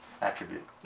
attribute